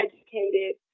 educated